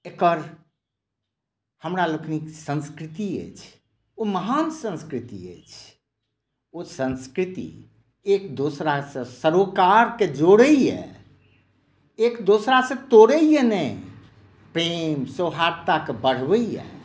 एकर हमरा लोकनिक संस्कृति अछि ओ महान संस्कृति अछि ओ संस्कृति एक दोसरासँ सरोकारकेँ जोड़ैया एक दोसरा से तोड़ैया नहि प्रेम सौहर्द्यताकेँ बढ़बैया